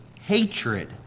hatred